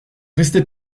restez